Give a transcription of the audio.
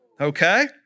Okay